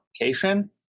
location